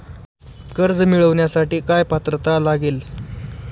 कर्ज मिळवण्यासाठी काय पात्रता लागेल?